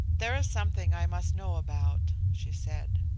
there is something i must know about, she said.